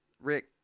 Rick